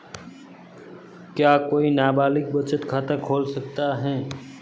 क्या कोई नाबालिग बचत खाता खोल सकता है?